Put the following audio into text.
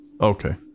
Okay